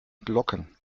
glocken